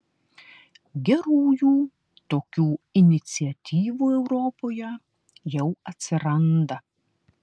gerųjų tokių iniciatyvų europoje jau atsiranda